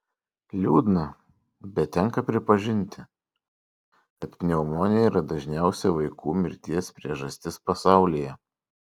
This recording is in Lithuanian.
liūdna bet tenka pripažinti kad pneumonija yra dažniausia vaikų mirties priežastis pasaulyje